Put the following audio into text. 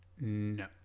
no